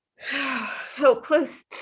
helpless